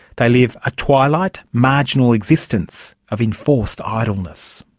they live a twilight, marginal existence of enforced idleness.